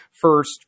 first